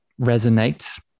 resonates